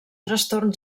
trastorn